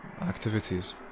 activities